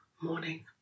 morning